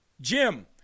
Jim